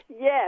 Yes